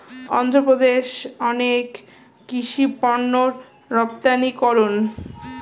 অন্ধ্রপ্রদেশ অনেক কৃষি পণ্যের রপ্তানিকারক